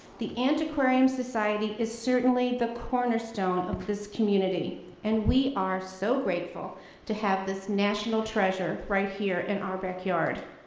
the antiquarian society is certainly the cornerstone of this community and we are so grateful to have this national treasure right here in our backyard.